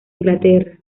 inglaterra